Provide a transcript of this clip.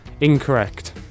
Incorrect